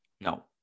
No